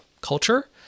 culture